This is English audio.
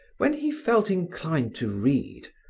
when he felt inclined to read,